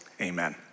amen